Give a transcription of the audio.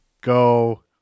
go